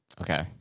Okay